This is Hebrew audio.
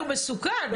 הוא מסוכן.